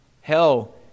Hell